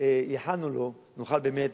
ייחלנו לו, נוכל באמת